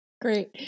great